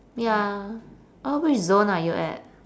ya oh which zone are you at